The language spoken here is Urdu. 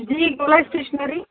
جی گولا اسٹیشنری